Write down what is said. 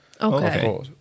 Okay